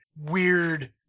weird